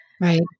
Right